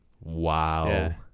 wow